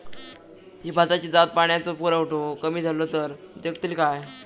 ही भाताची जात पाण्याचो पुरवठो कमी जलो तर जगतली काय?